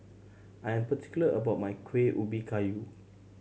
I am particular about my Kuih Ubi Kayu